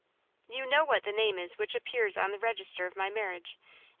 you know what the name is which appears on the register of my marriage,